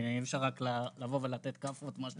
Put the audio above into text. כי אי אפשר רק לבוא ולתת כאפות מה שנקרא.